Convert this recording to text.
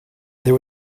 there